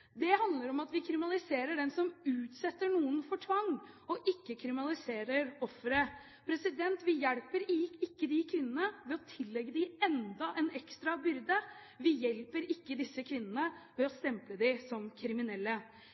Det handler om at vi kriminaliserer den som utsetter noen for tvang, og ikke kriminaliserer offeret. Vi hjelper ikke disse kvinnene ved å tillegge dem enda en ekstra byrde. Vi hjelper ikke disse kvinnene ved å stemple dem som kriminelle.